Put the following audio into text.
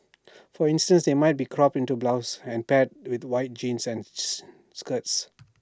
for instance they might be cropped into blouses and paired with white jeans and skirts